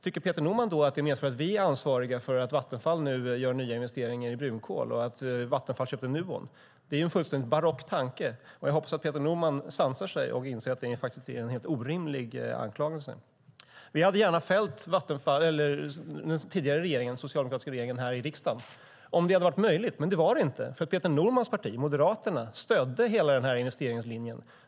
Tycker Peter Norman att det medför att vi är ansvariga för att Vattenfall nu gör nya investeringar i brunkol och att Vattenfall köpte Nuon? Det är en fullständigt barock tanke. Jag hoppas att Peter Norman sansar sig och inser att det faktiskt är en helt orimlig anklagelse. Vi hade gärna fällt den tidigare socialdemokratiska regeringen här i riksdagen om det hade varit möjligt, men det var det inte. Peter Normans parti, Moderaterna, stödde nämligen hela denna investeringslinje.